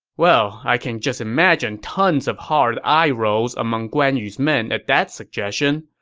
well, i can just imagine tons of hard eye-rolls among guan yu's men at that suggestion,